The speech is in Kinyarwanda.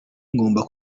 ngomba